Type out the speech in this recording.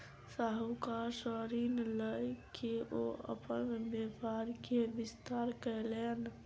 साहूकार सॅ ऋण लय के ओ अपन व्यापार के विस्तार कयलैन